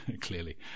clearly